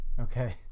Okay